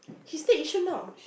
he stay Yishun now